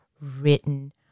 written